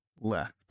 left